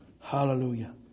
Hallelujah